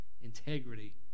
integrity